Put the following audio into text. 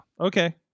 Okay